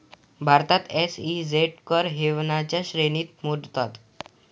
भारतात एस.ई.झेड कर हेवनच्या श्रेणीत मोडतात